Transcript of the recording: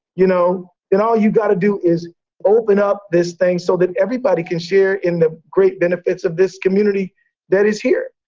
you know? then all you got to do is open up this thing, so that everybody can share in the great benefits of this community that is here.